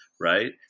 right